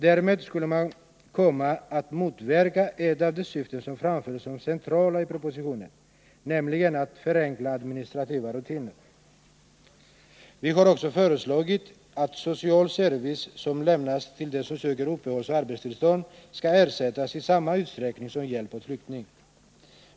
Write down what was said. Därmed skulle man komma att motverka ett av de syften som framförs som centrala i propositionen, nämligen att förenkla administrativa rutiner. Vi har också föreslagit att social service som lämnas till den som söker uppehållsoch arbetstillstånd skall ersättas i samma utsträckning som hjälp åt flykting.